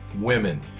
women